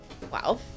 Wow